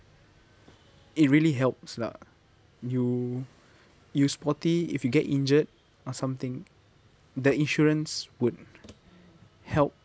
it really helps lah you you sporty if you get injured or something the insurance would help